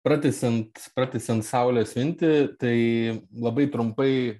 pratęsiant pratęsiant saulės mintį tai labai trumpai